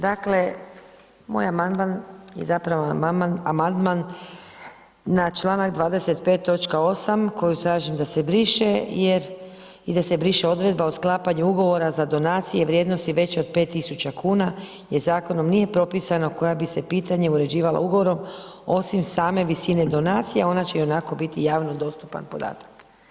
Dakle, moja amandman je zapravo amandman na članak 25. točka 8. koju tražim da se briše i da se briše odredba o sklapanju ugovora za donacije vrijednosti veće od 5000 kuna jer zakonom nije propisano koja bi se pitanja uređivala ugovorom osim same visine donacija, ona će ionako biti javno dostupan podatak.